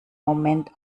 moment